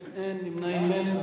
נמנעים, אין.